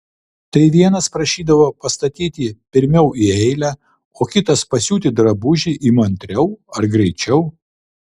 tai vienas prašydavo pastatyti pirmiau į eilę o kitas pasiūti drabužį įmantriau ar greičiau